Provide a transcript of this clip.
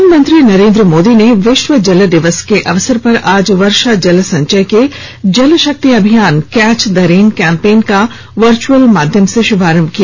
प्रधानमंत्री नरेन्द्र मोदी विश्व जल दिवस के अवसर पर आज वर्षा जल संचय के Jal Shakti Abhiyan catch the rain campaign का वर्चअल माध्यम से श्भारंभ किया